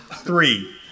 Three